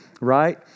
right